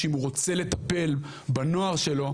שאם הוא רוצה לטפל בנוער שלו,